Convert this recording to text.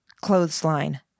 Clothesline